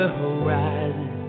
horizon